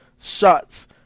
shots